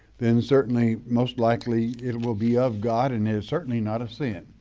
then certainly most likely it will be of god and it is certainly not a sin.